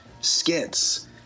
skits